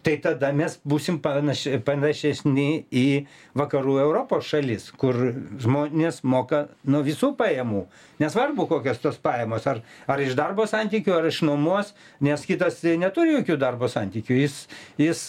tai tada mes būsim panaši panašesni į vakarų europos šalis kur žmonės moka nuo visų pajamų nesvarbu kokios tos pajamos ar ar iš darbo santykių ar iš mamos nes kitas neturi jokių darbo santykių jis jis